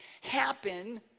happen